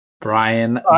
Brian